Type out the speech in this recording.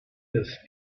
das